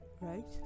Right